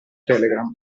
telegram